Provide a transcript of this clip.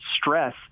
stress